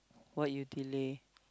what you delay